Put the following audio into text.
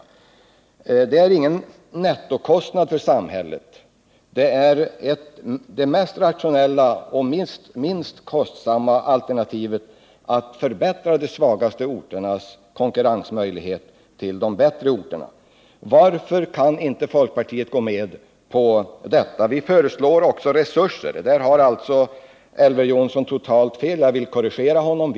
Vårt förslag innebär ingen nettokostnad för samhället. Det är det mest rationella och minst kostsamma alternativet att förbättra de svagaste orternas konkurrensmöjlighet gentemot dem som har det bättre ställt. Jag måste också ställa frågan: Varför kan inte folkpartiet gå med på detta? Vi föreslår också resurser, och på den punkten nödgas jag korrigera Elver Jonsson.